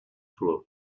through